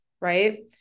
right